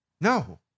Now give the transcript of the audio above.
No